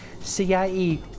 CIE